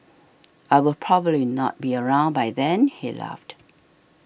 I will probably not be around by then he laughed